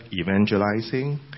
evangelizing